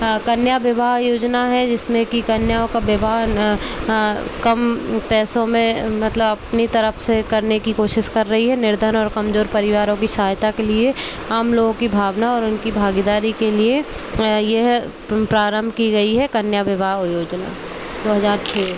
कन्या विवाह योजना है जिसमें कि कन्याओं का विवाह कम पैसों में मतलब अपनी तरफ़ से करने की कोशिश कर रही है निर्धन और कमज़ोर परिवारों की सहायता के लिए आम लोगों की भावना और उनकी भागीदारी के लिए यह प्रारंभ की गई है कन्या विवाह योजना दो हज़ार छ में